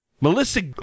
Melissa